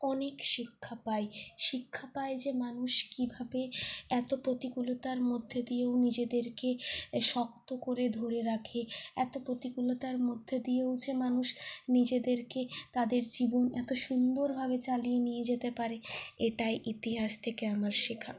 অনেক শিক্ষা পাই শিক্ষা পাই যে মানুষ কীভাবে এত প্রতিকূলতার মধ্যে দিয়েও নিজেদেরকে শক্ত করে ধরে রাখে এত প্রতিকূলতার মধ্যে দিয়েও যে মানুষ নিজেদেরকে তাদের জীবন এত সুন্দরভাবে চালিয়ে নিয়ে যেতে পারে এটাই ইতিহাস থেকে আমার শেখা